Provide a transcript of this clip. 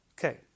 Okay